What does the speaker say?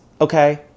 Okay